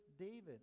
David